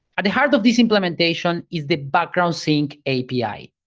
at the heart of this implementation is the background sync api,